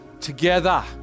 together